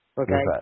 Okay